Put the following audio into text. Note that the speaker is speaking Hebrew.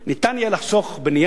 ניתן יהיה לחסוך בנייר,